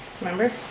Remember